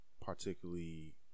particularly